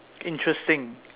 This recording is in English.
interesting